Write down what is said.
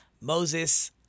Moses